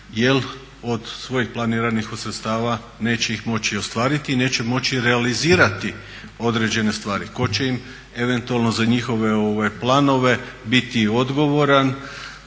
jer od svojih planiranih sredstava neće ih moći ostvariti i neće moći realizirati određene stvari. Tko će im eventualno za njihove planove biti odgovoran?